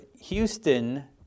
Houston